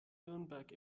nürnberg